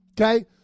okay